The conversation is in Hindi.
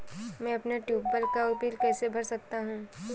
मैं अपने ट्यूबवेल का बिल कैसे भर सकता हूँ?